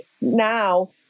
now